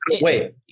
wait